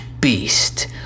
beast